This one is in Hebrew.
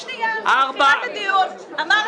העברת הכסף עד שהיועץ המשפטי לכנסת ייתן אישור.